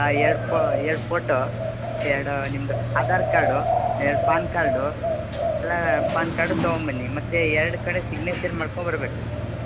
ಹಾಂ ಎರಡು ಫೋ ಎರಡು ಫೋಟೋ ಎರಡು ನಿಮ್ಮದು ಆಧಾರ್ ಕಾರ್ಡು ಎರಡು ಪಾನ್ ಕಾರ್ಡು ಎಲ್ಲ ಪಾನ್ ಕಾರ್ಡು ತಗೊಂಬನ್ನಿ ಮತ್ತೆ ಎರಡು ಕಡೆ ಸಿಗ್ನೇಚರ್ ಮಾಡ್ಕೊಂಬರ್ಬೇಕು